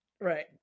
Right